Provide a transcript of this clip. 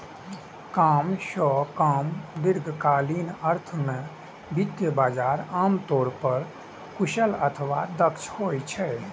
कम सं कम दीर्घकालीन अर्थ मे वित्तीय बाजार आम तौर पर कुशल अथवा दक्ष होइ छै